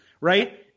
right